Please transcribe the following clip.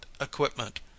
equipment